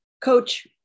coach